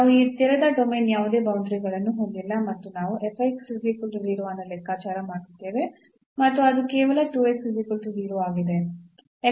ನಾವು ಈ ತೆರೆದ ಡೊಮೇನ್ ಯಾವುದೇ ಬೌಂಡರಿಗಳನ್ನು ಹೊಂದಿಲ್ಲ ಮತ್ತು ನಾವು ಅನ್ನು ಲೆಕ್ಕಾಚಾರ ಮಾಡುತ್ತೇವೆ ಮತ್ತು ಅದು ಕೇವಲ ಆಗಿದೆ